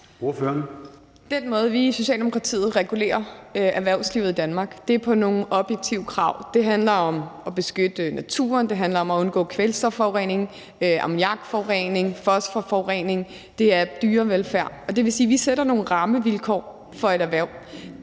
Den måde, vi i Socialdemokratiet regulerer erhvervslivet i Danmark på, er ud fra nogle objektive krav. Det handler om at beskytte naturen, det handler om at undgå kvælstofforurening, ammoniakforurening, forsforforurening, og det er dyrevelfærd. Det vil sige, at vi sætter nogle rammevilkår for et erhverv.